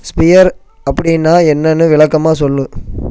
sphere அப்படின்னா என்னன்னு விளக்கமாக சொல்லு